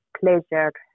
pleasure